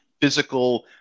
physical